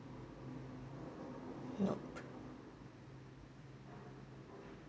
nope